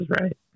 right